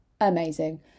amazing